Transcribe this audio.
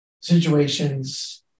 situations